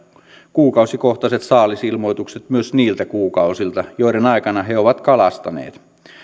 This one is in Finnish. kuukausikohtaiset saalisilmoitukset myös niiltä kuukausilta joiden aikana he ovat kalastaneet